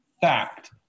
fact